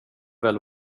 väl